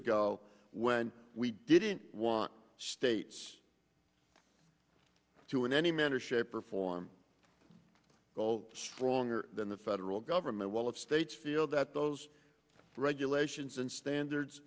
ago when we didn't want states to in any manner shape or form go stronger than the federal government while at states feel that those regulations and standards